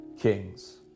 kings